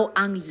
ang